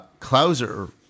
Klauser